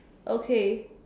okay